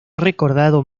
recordado